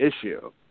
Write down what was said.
issue